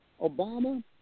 Obama